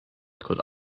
could